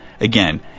Again